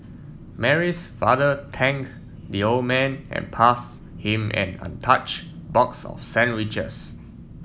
Mary's father thank the old man and pass him an untouched box of sandwiches